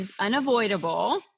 Unavoidable